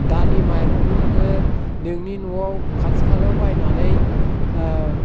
दालि माइरंखौ नोङो नोंनि न'आव खाथि खालायाव बायनानै